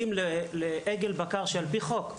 על פי חוק,